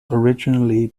originally